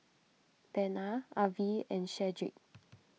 Bena Avie and Shedrick